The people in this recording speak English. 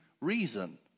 reason